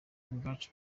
ubwacu